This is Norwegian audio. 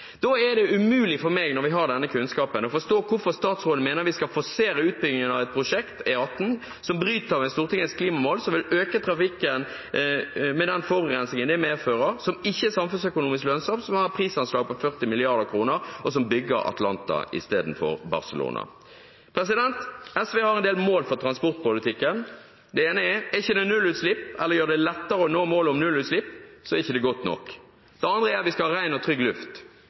Da er det umulig for meg, når vi har denne kunnskapen, å forstå hvorfor statsråden mener vi skal forsere utbyggingen av et prosjekt, E18, som bryter med Stortingets klimamål, som vil øke trafikken, med den forurensingen det medfører, som ikke er samfunnsøkonomisk lønnsom, som har et prisanslag på 40 mrd. kr, og som bygger Atlanta istedenfor Barcelona. SV har en del mål for transportpolitikken. Det ene er: Er det ikke nullutslipp, eller gjør det lettere å nå målet om nullutslipp, er det ikke godt nok. Det andre er at vi skal ha ren og trygg luft.